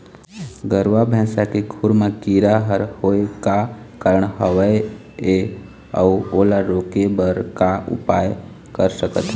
गरवा भैंसा के खुर मा कीरा हर होय का कारण हवए अऊ ओला रोके बर का उपाय कर सकथन?